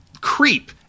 creep